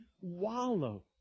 wallow